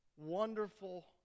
wonderful